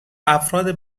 افراد